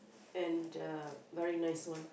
and a very nice one